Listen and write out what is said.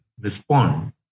respond